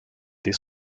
dès